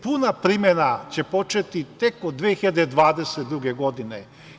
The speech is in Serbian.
Puna primena će početi tek od 2022. godine.